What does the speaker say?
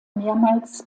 mehrmals